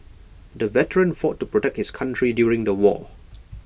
the veteran fought to protect his country during the war